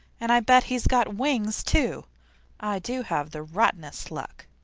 and i bet he's got wings, too! i do have the rottenest luck!